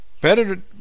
Better